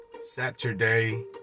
Saturday